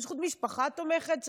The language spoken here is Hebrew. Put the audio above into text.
בזכות משפחה תומכת,